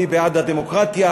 מי בעד הדמוקרטיה,